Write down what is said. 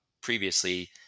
previously